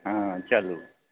हाँ चलू